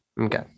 okay